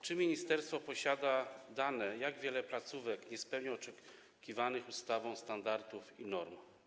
Czy ministerstwo posiada dane, jak wiele placówek nie spełnia oczekiwanych ustawą standardów i norm?